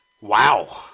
Wow